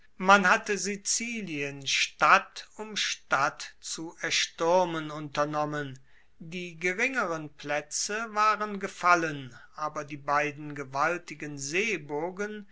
man hatte sizilien stadt um stadt zu erstuermen unternommen die geringeren plaetze waren gefallen aber die beiden gewaltigen seeburgen